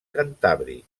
cantàbric